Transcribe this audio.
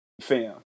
fam